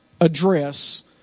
address